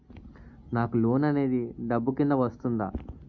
నాకు లోన్ అనేది డబ్బు కిందా వస్తుందా?